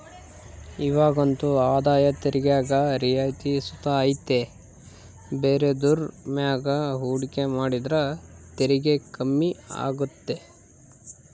ಇವಾಗಂತೂ ಆದಾಯ ತೆರಿಗ್ಯಾಗ ರಿಯಾಯಿತಿ ಸುತ ಐತೆ ಬೇರೆದುರ್ ಮ್ಯಾಗ ಹೂಡಿಕೆ ಮಾಡಿದ್ರ ತೆರಿಗೆ ಕಮ್ಮಿ ಆಗ್ತತೆ